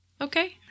Okay